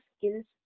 Skills